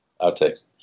outtakes